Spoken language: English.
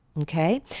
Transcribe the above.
okay